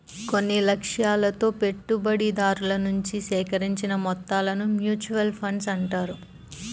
కొన్ని లక్ష్యాలతో పెట్టుబడిదారుల నుంచి సేకరించిన మొత్తాలను మ్యూచువల్ ఫండ్స్ అంటారు